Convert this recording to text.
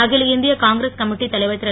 அகில இந்திய காங்கிரஸ் கமிட்டி தலைவர் திரு